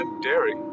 dairy